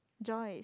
Joyce